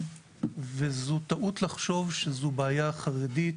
וזו טעות לחשוב שזו בעיה חרדית,